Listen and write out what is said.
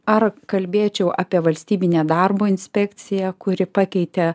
ar kalbėčiau apie valstybinę darbo inspekciją kuri pakeitė